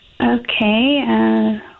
Okay